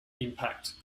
impact